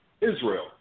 Israel